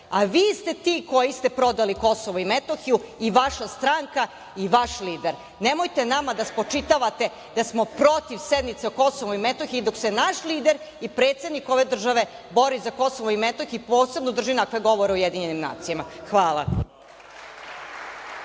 a vi ste ti koji ste prodali Kosovo i Metohiju i vaša stranka i vaš lider. Nemojte nama da spočitavate da smo protiv sednice o Kosovu i Metohiji dok se naš lider i predsednik ove države bori za Kosovo i Metohiju i posebno drži onakve govore u UN. Hvala.